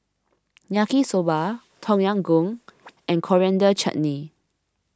Yaki Soba Tom Yam Goong and Coriander Chutney